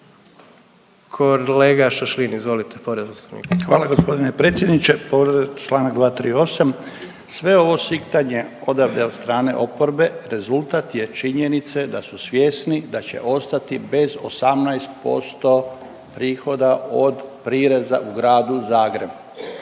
**Šašlin, Stipan (HDZ)** Hvala g. predsjedniče. Povrijeđen je čl. 238., sve ovo siktanje odavde od strane oporbe rezultat je činjenice da su svjesni da će ostati bez 18% prihoda od prireza u Gradu Zagrebu